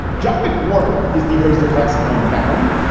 john mcwhorter is the host of lexicon valley.